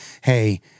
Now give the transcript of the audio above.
hey